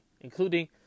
Including